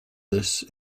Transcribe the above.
this